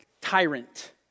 tyrant